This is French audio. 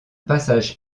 passage